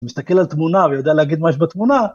מסתכל על תמונה ויודע להגיד מה יש בתמונה.